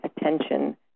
attention